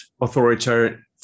authoritarian